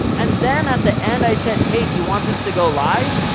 and then at the end, i said, hey, do you want this to go live?